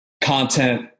content